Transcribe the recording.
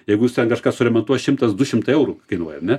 jeigu jis ten kažką suremontuos šimtas du šimtai eurų kainuoja ar ne